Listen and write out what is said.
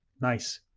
nice.